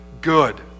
good